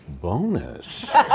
bonus